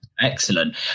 Excellent